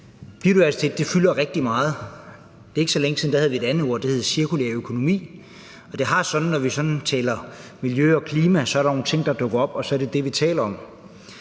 Biodiversitet fylder rigtig meget. Det er ikke så længe siden, vi havde et andet ord, og det var cirkulær økonomi, og når vi sådan taler miljø og klima, er der nogle ting, der dukker op, og så er det det, vi taler om.